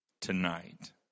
tonight